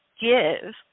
give